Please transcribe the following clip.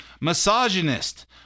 misogynist